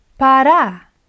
para